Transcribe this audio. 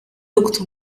looked